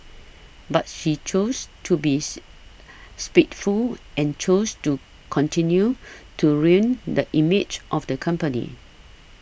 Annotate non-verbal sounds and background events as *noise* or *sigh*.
but she chose to be *noise* spiteful and chose to continue to ruin the image of the company